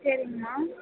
சரிங்கம்மா